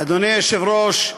אדוני היושב-ראש,